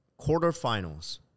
quarterfinals